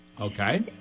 Okay